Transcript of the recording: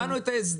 הבנו את ההסדר.